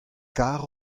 kar